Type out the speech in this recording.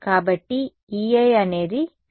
కాబట్టి E i అనేది 0